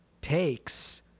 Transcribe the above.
takes